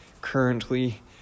currently